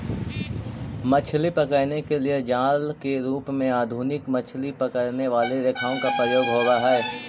मछली पकड़ने के लिए जाल के रूप में आधुनिक मछली पकड़ने वाली रेखाओं का प्रयोग होवअ हई